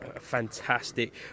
fantastic